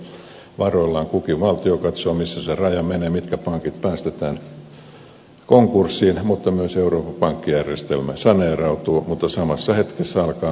omilla varoillaan kukin valtio katsoo missä se raja menee mitkä pankit päästetään konkurssiin ja myös euroopan pankkijärjestelmä saneerautuu mutta samassa hetkessä alkaa myös elpyminen